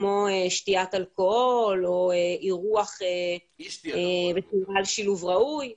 כמו אי שתיית אלכוהול או אירוח וכמובן שילוב ראוי וכדומה.